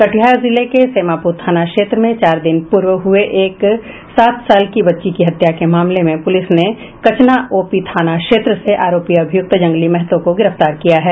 कटिहार जिले के सेमापुर थाना क्षेत्र में चार दिन पूर्व हुए एक सात साल की बच्ची की हत्या के मामले मे पुलिस ने कचना ओपी थाना क्षेत्र से आरोपी अभियुक्त जंगली महतो को गिरफ्तार किया है